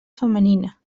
femenina